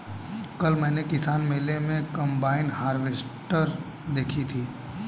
कल मैंने किसान मेले में कम्बाइन हार्वेसटर देखी थी